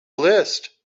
list